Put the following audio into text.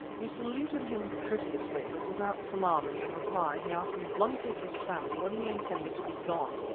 we saluted him courteously, but without salaaming in reply he asked me bluntly through sammy when we intended to be gone,